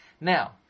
Now